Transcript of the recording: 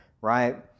right